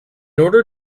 order